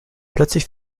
plötzlich